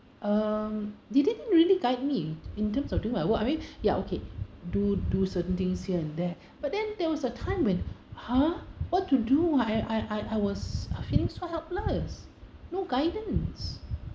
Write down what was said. um they didn't really guide me in terms of doing my work I mean ya okay do do certain things here and there but then there was a time when !huh! what to do I I I was feeling so helpless no guidance